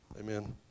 Amen